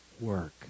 work